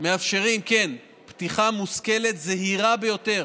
מאפשרים פתיחה מושכלת וזהירה ביותר